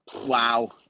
Wow